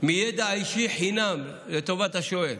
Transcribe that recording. מידע אישי חינם לטובת השואל.